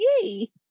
yay